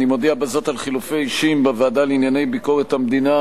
אני מודיע בזאת על חילופי אישים בוועדה לענייני ביקורת המדינה,